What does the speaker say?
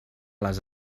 les